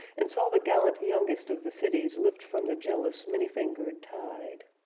and saw the gallant youngest of the cities lift from the jealous many-fingered tide.